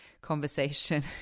conversation